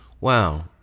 Wow